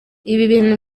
ibintu